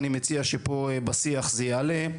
אני מציע שפה בשיח זה יעלה,